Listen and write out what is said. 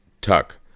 Tuck